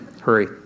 Hurry